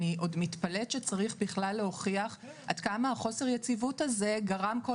אני עוד מתפלאת שצריך בכלל להוכיח עד כמה חוסר היציבות הזה גרם כל